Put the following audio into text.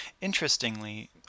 Interestingly